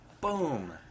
Boom